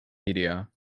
media